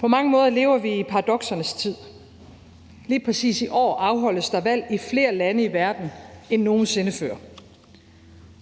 På mange måder lever vi i paradoksernes tid. Lige præcis i år afholdes der valg i flere lande i verden end nogen sinde før,